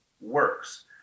works